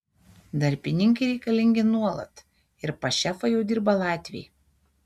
darbininkai reikalingi nuolat ir pas šefą jau dirba latviai